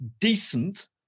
decent